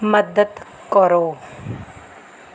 ਮਦਦ ਕਰੋ